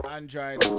Android